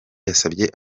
yasabye